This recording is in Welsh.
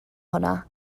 hwnna